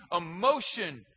emotion